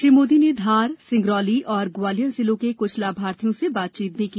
श्री मोदी ने धार सिंगरौली और ग्वालियर जिलों के कुछ लाभार्थियों से बातचीत भी की